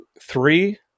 three